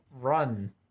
run